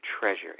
treasure